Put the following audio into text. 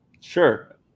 Sure